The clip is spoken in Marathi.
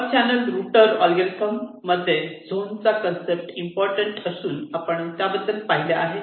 मर्ज चॅनल रुटर ऍलगोरिदम मध्ये झोन चा कन्सेप्ट इम्पॉर्टन्ट असून आपण त्याबद्दल पाहिले आहे